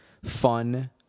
Fun